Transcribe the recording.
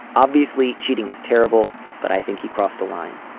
obviously cheating is terrible but i think he crossed a line.